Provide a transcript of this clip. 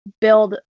build